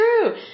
true